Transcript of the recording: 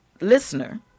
listener